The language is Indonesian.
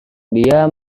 dia